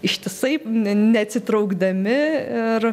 ištisai neatsitraukdami ir